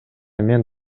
мен